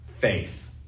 faith